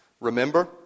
Remember